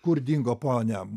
kur dingo ponia